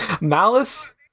Malice